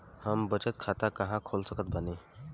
हम बचत खाता कहां खोल सकत बानी?